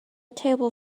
table